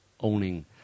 owning